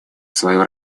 свою